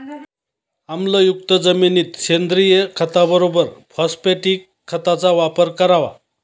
आम्लयुक्त जमिनीत सेंद्रिय खताबरोबर फॉस्फॅटिक खताचा वापर करावा